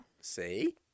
See